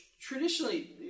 traditionally